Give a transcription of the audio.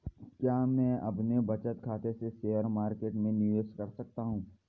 क्या मैं अपने बचत खाते से शेयर मार्केट में निवेश कर सकता हूँ?